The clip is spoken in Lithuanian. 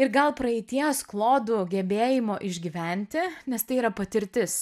ir gal praeities klodų gebėjimo išgyventi nes tai yra patirtis